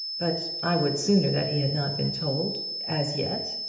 but i would sooner that he had not been told as yet.